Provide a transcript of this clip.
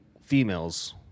Females